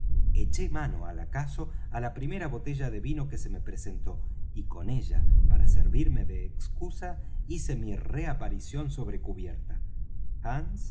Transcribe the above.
eché mano al acaso á la primera botella de vino que se me presentó y con ella para servirme de excusa hice mi reaparición sobre cubierta